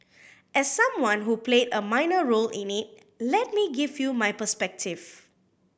as someone who played a minor role in it let me give you my perspective